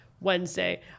Wednesday